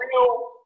Real